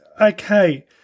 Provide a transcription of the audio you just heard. okay